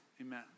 Amen